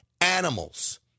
animals